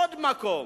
עוד מקום.